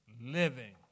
living